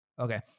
Okay